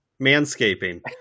Manscaping